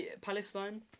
Palestine